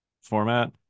format